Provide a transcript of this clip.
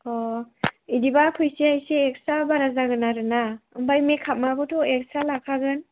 अ बिदिब्ला फैसाया एसे एक्सट्रा बारा जागोन आरो ना ओमफ्राय मेकआपआबोथ' एक्सट्रा लाखागोन